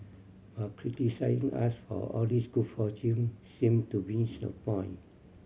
but criticising us for all this good fortune seem to miss the point